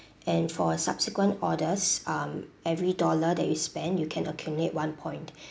and for subsequent orders um every dollar that you spend you can accumulate one point